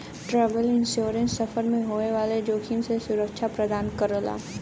travel insurance सफर में होए वाले जोखिम से सुरक्षा प्रदान करला